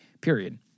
period